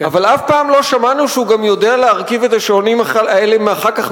אבל אף פעם לא שמענו שהוא גם יודע להרכיב את השעונים האלה מחדש.